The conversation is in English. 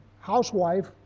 housewife